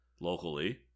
locally